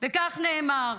וכך נאמר: